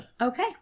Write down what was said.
Okay